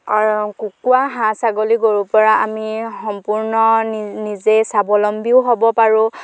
কুকুৰা হাঁহ ছাগলী গৰুৰ পৰা আমি সম্পূৰ্ণ নিজে স্বাৱলম্বীও হ'ব পাৰোঁ